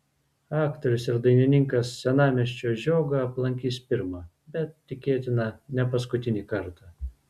aktorius ir dainininkas senamiesčio žiogą aplankys pirmą bet tikėtina ne paskutinį kartą